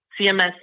CMS